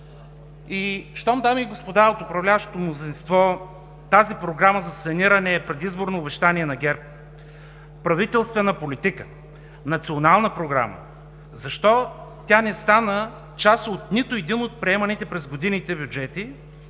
липсва. Дами и господа от управляващото мнозинство, щом тази Програма за саниране е предизборно обещание на ГЕРБ, правителствена политика, Национална програма, защо тя не стана част от нито един от приеманите през годините бюджети,